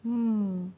mm